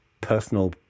personal